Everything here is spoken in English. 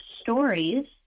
stories